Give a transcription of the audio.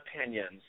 opinions